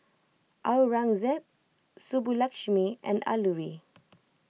Aurangzeb Subbulakshmi and Alluri